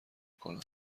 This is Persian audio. کنم